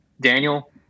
Daniel